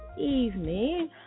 evening